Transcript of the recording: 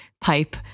pipe